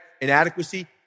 inadequacy